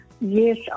Yes